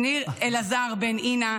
שניר אליעזר בן עינה,